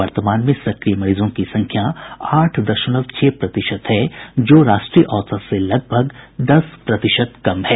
वर्तमान में सक्रिय मरीजों की संख्या आठ दशमलव छह प्रतिशत है जो राष्ट्रीय औसत से लगभग दस प्रतिशत कम है